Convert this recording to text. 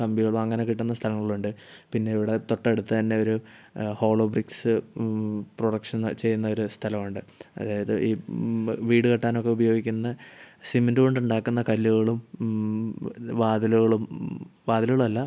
കമ്പികളും അങ്ങനെ കിട്ടുന്ന സ്ഥലങ്ങൾ ഉണ്ട് പിന്നെ ഇവിടെ തൊട്ടടുത്ത് തന്നെ ഒരു ഹോളോബ്രിക്സ് പ്രൊഡക്ഷൻ ചെയ്യുന്ന ഒരു സ്ഥലം ഉണ്ട് അതായത് ഈ വീട് കെട്ടാനൊക്കെ ഉപയോഗിക്കുന്ന സിമെൻറ്റ് കൊണ്ട് ഉണ്ടാക്കുന്ന കല്ലുകളും വാതിലുകളും വാതിലുകളും അല്ല